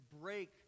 break